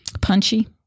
punchy